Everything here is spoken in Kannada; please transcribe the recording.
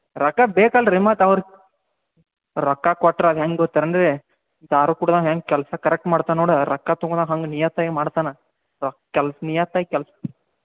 ರೊಕ್ಕ ಬೇಕಲ್ಲ ರೀ ಮತ್ತೆ ಅವ್ರು ರೊಕ್ಕ ಕೊಟ್ರೆ ಅದು ಹೆಂಗೆ ಗೊತ್ತೇನ್ರಿ ದಾರು ಕುಡ್ದವ ಹೆಂಗೆ ಕೆಲಸ ಕರೆಕ್ಟ್ ಮಾಡ್ತಾನೆ ನೋಡಿ ರೊಕ್ಕ ತೊಗೊಳಾರ್ ಹಂಗೇ ನಿಯತ್ತಾಗ್ ಮಾಡ್ತಾನೆ ರೊ ಕೆಲ್ಸ ನಿಯತ್ತಾಗಿ ಕೆಲ್ಸ